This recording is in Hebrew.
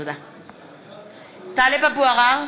(קוראת בשמות חברי הכנסת) טלב אבו עראר,